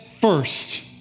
first